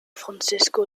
francesco